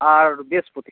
আর বৃহস্পতি